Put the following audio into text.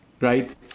Right